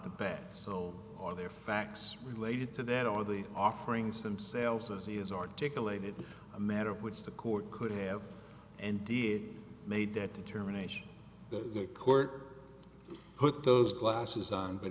the back so all their facts related to that or the offerings themselves as he has articulated a matter of which the court could have and did made that determination the court put those glasses